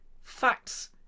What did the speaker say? facts